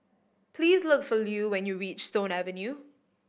please look for Lue when you reach Stone Avenue